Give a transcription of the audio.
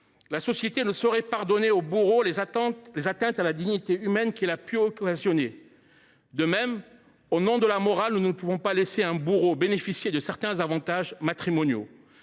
La société ne saurait pardonner au bourreau les atteintes à la dignité humaine qu’il a pu occasionner. De même, au nom de la morale, nous ne pouvons pas laisser un bourreau bénéficier de certains avantages matrimoniaux.